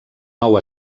nou